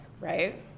right